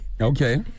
Okay